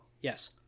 Yes